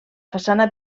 façana